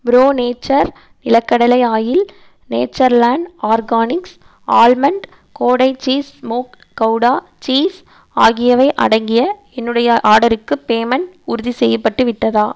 bro Nature நிலக்கடலை oil Natureland Organics almond கோடை cheese smoked Gouda cheese ஆகியவை அடங்கிய என்னுடைய ஆர்டருக்கு பேமெண்ட் உறுதிசெய்யப்பட்டு விட்டதா